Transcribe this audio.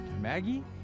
Maggie